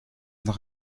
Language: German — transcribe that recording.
nach